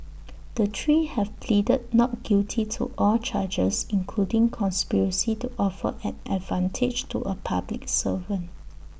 the three have pleaded not guilty to all charges including conspiracy to offer an advantage to A public servant